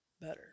better